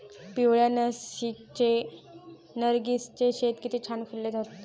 पिवळ्या नर्गिसचे शेत किती छान फुलले होते